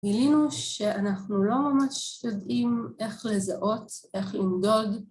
גילינו שאנחנו לא ממש יודעים איך לזהות, איך למדוד